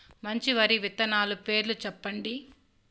మంచి వరి విత్తనాలు పేర్లు చెప్పండి?